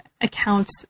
accounts